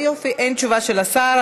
אין תשובה של השר,